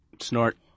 Snort